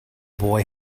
boy